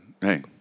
Hey